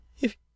If